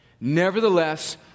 Nevertheless